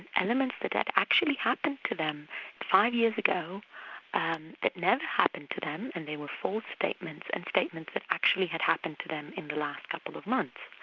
elements but that had actually happened to them five years ago um that never happened to them, and they were false statements and statements that actually had happened to them in the last couple of months.